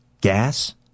Gas